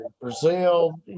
Brazil